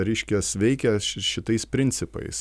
reiškias veikia ši šitais principais